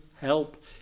help